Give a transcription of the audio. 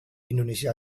indonesia